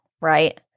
right